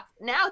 Now